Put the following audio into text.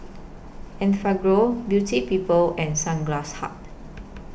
Enfagrow Beauty People and Sunglass Hut